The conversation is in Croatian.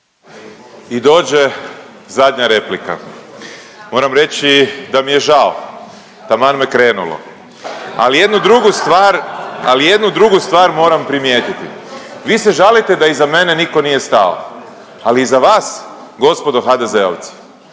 I dođe zadnja replika, moram reći da mi je žao, taman me krenulo, ali jednu drugu stvar, ali jednu drugu stvar moram primijetiti. Vi se žalite da iza mene niko nije stao, ali iza vas gospodo HDZ-ovci